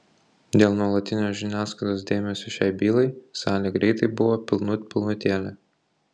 dėl nuolatinio žiniasklaidos dėmesio šiai bylai salė greitai buvo pilnut pilnutėlė